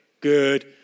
Good